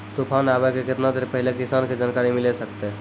तूफान आबय के केतना देर पहिले किसान के जानकारी मिले सकते?